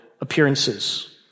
appearances